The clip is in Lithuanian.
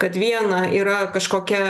kad viena yra kažkokia